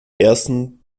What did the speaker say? ersten